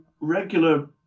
regular